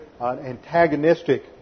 antagonistic